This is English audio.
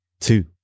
two